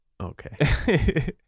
Okay